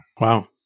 wow